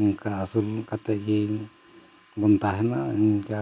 ᱚᱱᱠᱟ ᱟᱹᱥᱩᱞ ᱠᱟᱛᱮᱫ ᱜᱮᱵᱚᱱ ᱛᱟᱦᱮᱱᱟ ᱤᱱᱠᱟᱹ